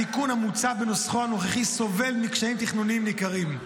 התיקון המוצע בנוסחו הנוכחי סובל מקשיים תכנוניים ניכרים.